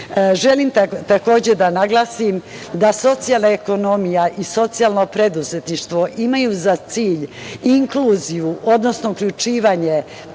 želim da naglasim da socijalna ekonomija i socijalno preduzetništvo imaju za cilj inkluziju, odnosno uključivanje